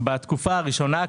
בתקופה הראשונה,